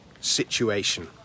situation